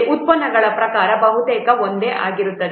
ಉತ್ಪನ್ನಗಳ ಪ್ರಕಾರಗಳು ಬಹುತೇಕ ಒಂದೇ ಆಗಿರುತ್ತವೆ